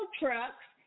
trucks